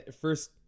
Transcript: first